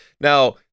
Now